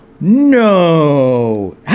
No